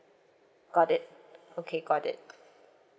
got it okay got it